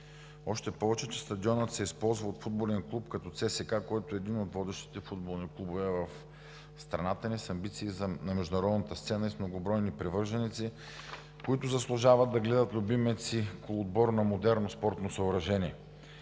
още повече че стадионът се използва от футболен клуб като ЦСКА, който е един от водещите футболни клубове в страната ни с амбиции за международната сцена и с многобройни привърженици, които заслужават да гледат любимия си отбор на модерно спортно съоръжение.